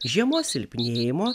žiemos silpnėjimo